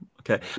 Okay